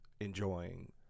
enjoying